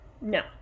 No